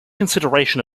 consideration